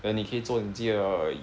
then 你可以做你自己的